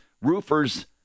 roofers